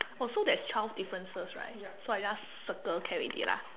oh so there's twelve differences right so I just circle can already lah